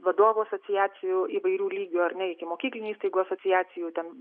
vadovų asociacijų įvairių lygių ar ne ikimokyklinių įstaigų asociacijų ten